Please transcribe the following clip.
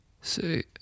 say